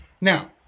Now